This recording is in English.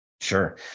Sure